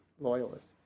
loyalists